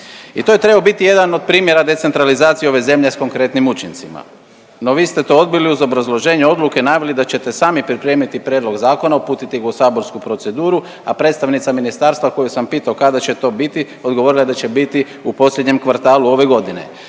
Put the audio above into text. I to je trebao biti jedan od primjera decentralizacije ove zemlje sa konkretnim učincima. No, vi ste to odbili uz obrazloženje odluke u najavi da ćete sami pripremiti prijedlog zakona, uputiti ga u saborsku proceduru, a predstavnica ministarstva koju sam pitao kada će to biti odgovorila je da će biti u posljednjem kvartalu ove godine.